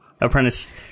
Apprentice